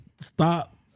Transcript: stop